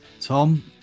Tom